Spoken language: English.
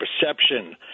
perception